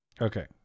okay